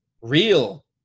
Real